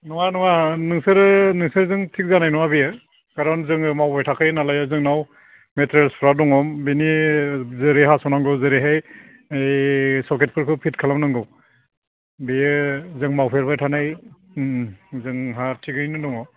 नङा नङा नोंसोरो नोंसोरजों थिग जानाय नङा बेयो खारन जोङो मावबाय थाखायो नालाय जोंनाव मेथेरियेल्सफ्रा दङ बेनि जेरै हास'नांगौ जेरैहाय ओइ सकेटफोरखौ फिट खालामनांगौ बेयो जों मावफेरबाय थानाय ओम ओम जोंहा थिगैनो दङ